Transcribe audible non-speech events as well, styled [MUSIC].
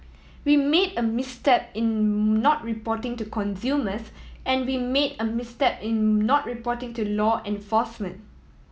we made a misstep in [NOISE] not reporting to consumers and we made a misstep in not reporting to law enforcement